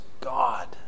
God